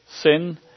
sin